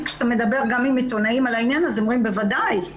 כשאתה מדבר גם עם עיתונאים בעניין הזה הם אומרים: בוודאי,